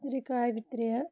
رِکابہِ ترٛےٚ